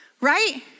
right